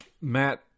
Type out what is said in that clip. Matt